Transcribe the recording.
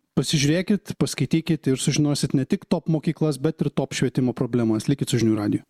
pasižiūrėkit paskaitykit ir sužinosit ne tik top mokyklas bet ir top švietimo problemas likit su žinių radiju